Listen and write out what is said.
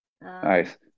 Nice